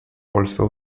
also